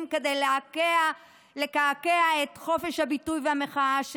כדי לקעקע את חופש הביטוי והמחאה שלהם.